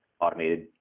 automated